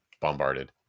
bombarded